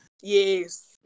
Yes